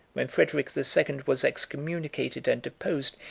when frederic the second was excommunicated and deposed,